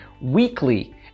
weekly